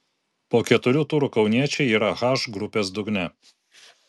po keturių turų kauniečiai yra h grupės dugne